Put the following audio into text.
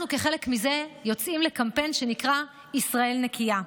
כחלק מזה אנחנו יוצאים בקמפיין שנקרא "ישראל נקייה".